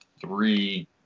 three—